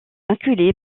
acculé